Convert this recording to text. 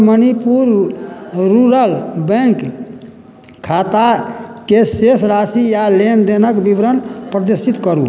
Manipur rural bank खाताके शेष राशि आ लेन देनक विवरण प्रदर्शित करु